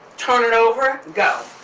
turn it over, go.